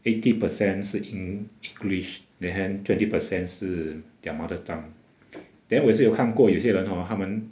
eighty percent 是 eng~ english then twenty percent 是 their mother tongue then 我也有看过有些人 hor 他们